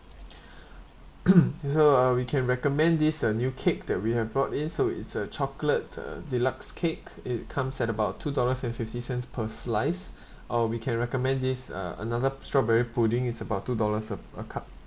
so uh we can recommend this uh new cake that we have brought in so it's a chocolate uh deluxe cake it comes at about two dollars and fifty cents per slice or we can recommend this uh another strawberry pudding it's about two dollars a a cup